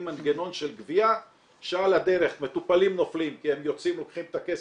מנגנון של גבייה שעל הדרך מטופלים נופלים כי הם יוצאים לוקחים את הכסף,